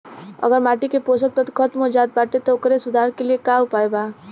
अगर माटी के पोषक तत्व खत्म हो जात बा त ओकरे सुधार के लिए का उपाय बा?